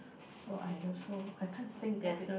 so I also I can't think of it